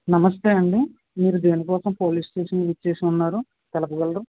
నమస్తే అండి మీరు దేని కోసం పోలీస్ స్టేషన్కి విచ్చేసి ఉన్నారో తెలుపగలరు